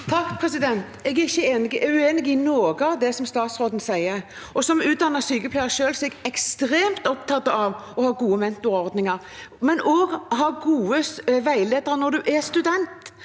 Jeg er ikke uenig i noe av det som statsråden sier. Som utdannet sykepleier selv er jeg ekstremt opptatt av å ha gode mentorordninger, men også å ha gode veiledere når en er student.